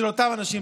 של אותם אנשים.